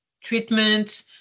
treatment